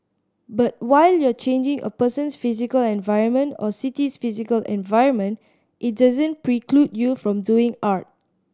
but while you are changing a person's physical environment or city's physical environment it doesn't preclude you from doing art